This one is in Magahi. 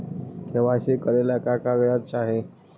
के.वाई.सी करे ला का का कागजात चाही?